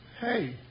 Hey